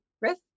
Riff